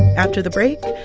after the break,